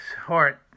heart